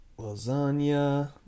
lasagna